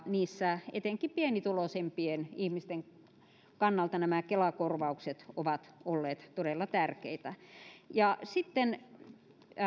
niissä etenkin pienituloisimpien ihmisten kannalta nämä kela korvaukset ovat olleet todella tärkeitä ja sitten